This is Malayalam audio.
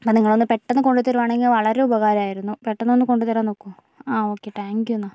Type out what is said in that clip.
അത് നിങ്ങൾ ഒന്ന് പെട്ടെന്ന് കൊണ്ട് തരികയാണെങ്കിൽ വളരെ ഉപകാരം ആയിരുന്നു പെട്ടെന്ന് ഒന്ന് കൊണ്ട് തരാൻ നോക്കുമോ ഓക്കെ താങ്ക്യു എന്നാൽ